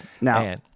Now